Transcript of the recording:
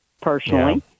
personally